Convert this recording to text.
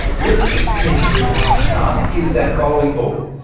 let's pretend that our sun is that bowling ball.